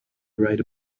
right